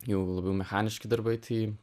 jau labiau mechaniški darbai tai